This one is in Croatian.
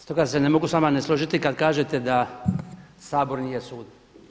Stoga se ne mogu s vama ne složiti kada kažete da Sabor nije sud.